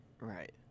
Right